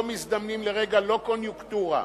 לא מזדמנים לרגע, לא קוניונקטורה.